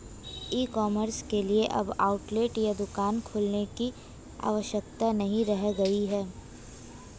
ई commerce के लिए अब आउटलेट या दुकान खोलने की आवश्यकता नहीं रह गई है